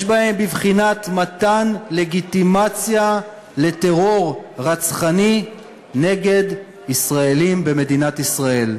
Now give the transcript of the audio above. יש בהן בבחינת מתן לגיטימציה לטרור רצחני נגד ישראלים במדינת ישראל.